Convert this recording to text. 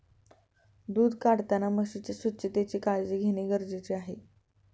दूध काढताना म्हशीच्या स्वच्छतेची काळजी घेणे गरजेचे आहे